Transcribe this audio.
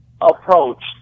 approach